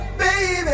baby